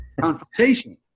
confrontation